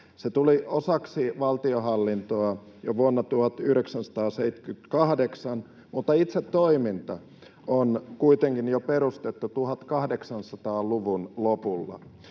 Se tuli osaksi valtionhallintoa jo vuonna 1978, mutta itse toiminta on kuitenkin perustettu jo 1800-luvun lopulla.